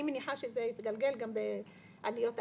אני מניחה שזה התגלגל גם בעליות אחרות,